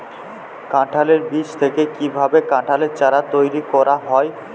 কাঁঠালের বীজ থেকে কীভাবে কাঁঠালের চারা তৈরি করা হয়?